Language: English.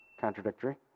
contradictory